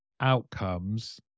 outcomes